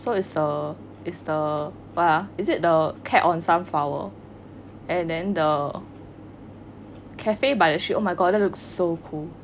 so it's uh it's the what ah is it the cat on sunflower and then the cafe by the street oh my god that looks so cool